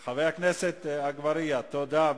הגבלה תמיד, חבר הכנסת אגבאריה, תודה.